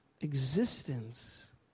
existence